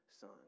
Son